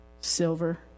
silver